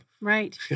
Right